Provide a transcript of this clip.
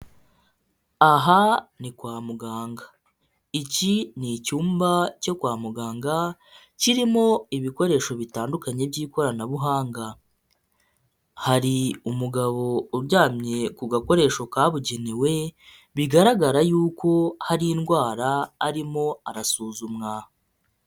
Aha ni kwa muganga, iki ni icyumba cyo kwa muganga kirimo ibikoresho bitandukanye by'ikoranabuhanga, hari umugabo uryamye ku gakoresho kabugenewe, bigaragara y'uko hari indwara arimo arasuzumwa.